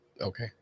Okay